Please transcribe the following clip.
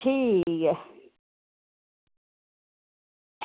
ठीक ऐ